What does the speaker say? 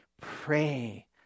pray